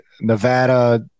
Nevada